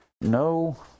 No